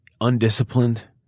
undisciplined